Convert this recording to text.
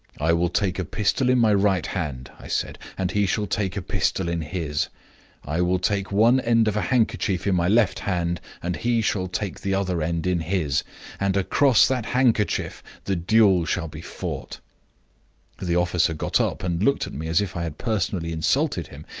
i will take a pistol in my right hand i said, and he shall take a pistol in his i will take one end of a handkerchief in my left hand, and he shall take the other end in his and across that handkerchief the duel shall be fought the officer got up, and looked at me as if i had personally insulted him.